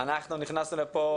אנחנו נכנסנו לפה,